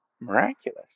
miraculous